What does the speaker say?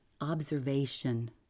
observation